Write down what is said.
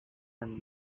and